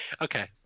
Okay